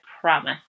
promise